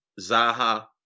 Zaha